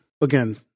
again